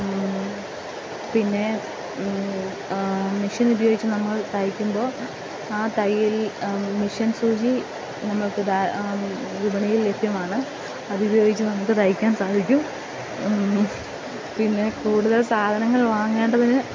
പിന്നെ മിഷ്യനുപയോഗിച്ച് നമ്മൾ തയ്ക്കുമ്പോൾ ആ തയ്യലിൽ മിഷ്യൻ സൂചി നമുക്ക് ധാ വിപണിയിൽ ലഭ്യമാണ് അത് ഉപയോഗിച്ച് നമുക്ക് തയ്ക്കാൻ സാധിക്കും പിന്നെ കൂടുതൽ സാധനങ്ങൾ വാങ്ങേണ്ടതിന്